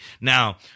Now